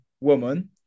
woman